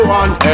one